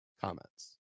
comments